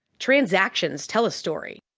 transactions tell a story.